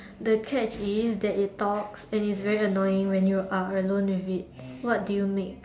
the catch is that it talks and is very annoying when you're alone with it what do you make